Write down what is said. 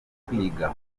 kwiga